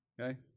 Okay